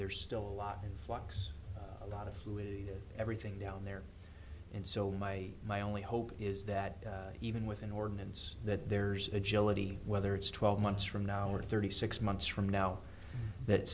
there's still a lot of locks a lot of everything down there and so my my only hope is that even with an ordinance that there's a gelati whether it's twelve months from now or thirty six months from now that